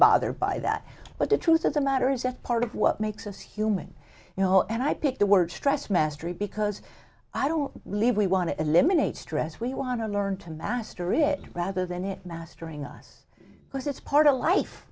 bothered by that but the truth of the matter is that part of what makes us human you know and i picked the word stress mastery because i don't believe we want to eliminate stress we want to learn to master it rather than it mastering us because it's part of life